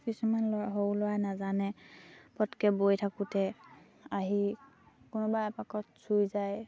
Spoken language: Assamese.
কিছুমান ল'ৰা সৰু ল'ৰাই নাজানে পটককে বৈ থাকোঁতে আহি কোনোবা এপাকত চুই যায়